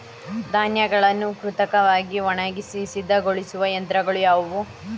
ಧಾನ್ಯಗಳನ್ನು ಕೃತಕವಾಗಿ ಒಣಗಿಸಿ ಸಿದ್ದಗೊಳಿಸುವ ಯಂತ್ರಗಳು ಯಾವುವು?